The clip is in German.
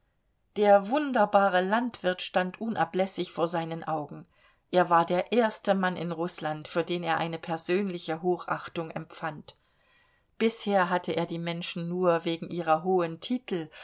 der wunderbare landwirt stand unablässig vor seinen augen er war der erste mann in rußland für den er eine persönliche hochachtung empfand bisher hatte er die menschen nur wegen ihrer hohen titel